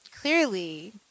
clearly